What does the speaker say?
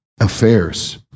affairs